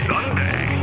Sunday